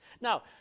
Now